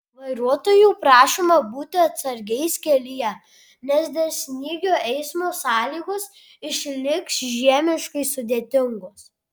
vairuotojų prašoma būti atsargiais kelyje nes dėl snygio eismo sąlygos išliks žiemiškai sudėtingos